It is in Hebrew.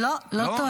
לא, לא טועה.